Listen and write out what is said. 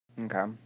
Okay